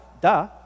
Duh